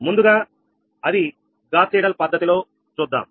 ముందుగా అది Gauss Seidel పద్ధతిలో చూద్దాం